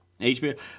HBO